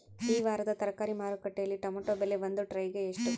ಈ ವಾರದ ತರಕಾರಿ ಮಾರುಕಟ್ಟೆಯಲ್ಲಿ ಟೊಮೆಟೊ ಬೆಲೆ ಒಂದು ಟ್ರೈ ಗೆ ಎಷ್ಟು?